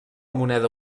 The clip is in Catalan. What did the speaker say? moneda